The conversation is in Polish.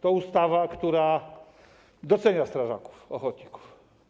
To ustawa, która docenia strażaków ochotników.